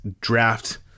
draft